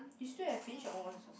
you still have finished your own one first